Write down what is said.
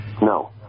No